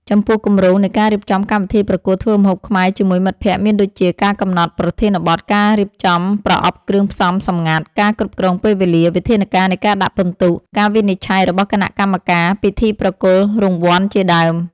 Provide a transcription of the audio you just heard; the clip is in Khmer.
ចំពោះ គម្រោងនៃការរៀបចំកម្មវិធីប្រកួតធ្វើម្ហូបខ្មែរជាមួយមិត្តភក្តិមានដូចជា ការកំណត់ប្រធានបទ ការរៀបចំប្រអប់គ្រឿងផ្សំសម្ងាត់ ការគ្រប់គ្រងពេលវេលា វិធានការនៃការដាក់ពិន្ទុ ការវិនិច្ឆ័យរបស់គណៈកម្មការ ពិធីប្រគល់រង្វាន់ជាដើម។